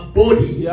body